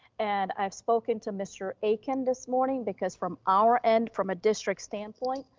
and i have spoken to mr. akin this morning, because from our end, from a district standpoint,